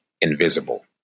invisible